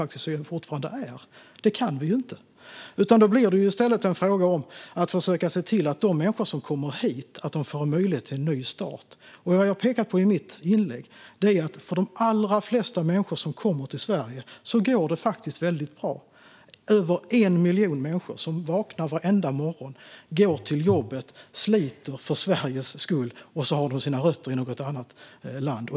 Det går ju inte. Då blir det i stället en fråga om att försöka se till att de människor som kommer hit får möjlighet till en nystart. Vad jag pekade på i mitt inlägg är att för de allra flesta människor som kommer till Sverige går det faktiskt väldigt bra. Över 1 miljon människor som vaknar varenda morgon, går till jobbet och sliter för Sveriges skull har sina rötter i något annat land.